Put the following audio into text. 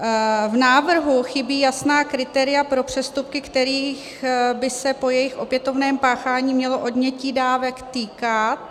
V návrhu chybí jasná kritéria pro přestupky, kterých by se po jejich opětovném páchání mělo odnětí dávek týkat.